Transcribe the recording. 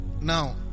Now